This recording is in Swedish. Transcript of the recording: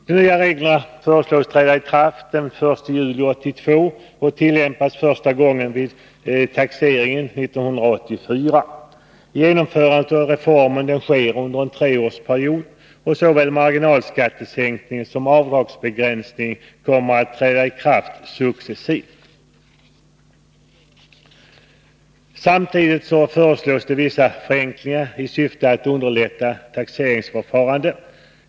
De nya reglerna föreslås träda i kraft den 1 juli 1982 och tillämpas första gången vid taxeringen 1984. Genomförandet av reformen föreslås ske under en treårsperiod. Såväl marginalskattesänkningen som avdragsbegränsningen kommer att träda i kraft successivt. Samtidigt föreslås vissa förenklingar i syfte att underlätta taxeringsförfarandet.